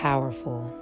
Powerful